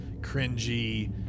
cringy